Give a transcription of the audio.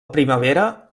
primavera